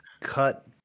cut